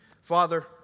Father